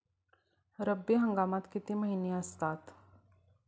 रब्बी हंगामात किती महिने असतात?